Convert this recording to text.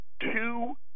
two